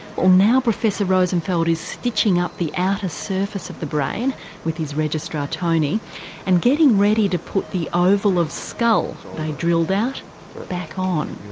ah now professor rosenfeld is stitching up the outer surface of the brain with his registrar tony and getting ready to put the oval of skull they drilled out back on.